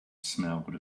smelled